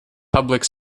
public